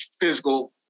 physical